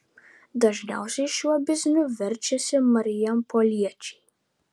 dažniausiai šiuo bizniu verčiasi marijampoliečiai